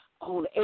On